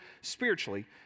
spiritually